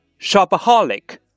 Shopaholic